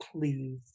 please